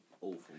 awful